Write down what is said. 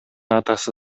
атасы